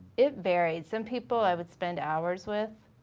it varied, some people i would spend hours with.